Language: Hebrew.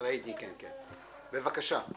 בבקשה.